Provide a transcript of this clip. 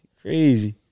Crazy